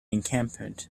encampment